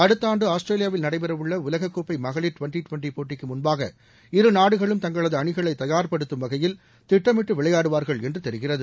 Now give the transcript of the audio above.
அடுத்த ஆண்டு ஆஸ்திரேலியாவில் நடைபெறவுள்ள உலக கோப்பை மகளிர் டுவெண்டி டுவெண்டி போட்டிக்கு முன்பாக இருநாடுகளும் தங்களது அணிகளை தபார்ப்படுத்தும் வகையில் திட்டமிட்டு விளையாடுவார்கள் என்று தெரிகிறது